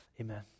Amen